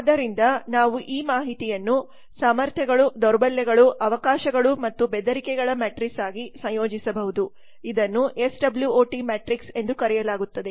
ಆದ್ದರಿಂದ ನಾವು ಈ ಮಾಹಿತಿಯನ್ನು ಸಾಮರ್ಥ್ಯಗಳು ದೌರ್ಬಲ್ಯಗಳು ಅವಕಾಶಗಳು ಮತ್ತು ಬೆದರಿಕೆಗಳ ಮ್ಯಾಟ್ರಿಕ್ಸ್ ಆಗಿ ಸಂಯೋಜಿಸಬಹುದು ಇದನ್ನು S W O T matrix ಎಂದು ಕರೆಯಲಾಗುತ್ತದೆ